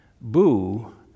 Boo